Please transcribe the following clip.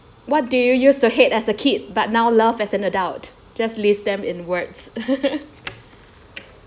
what do you used to hate as a kid but now love as an adult just list them in words